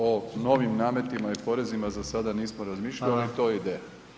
O novim nametima i porezima za sada nismo razmišljali [[Upadica: Hvala.]] ali i to je ideja.